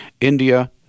India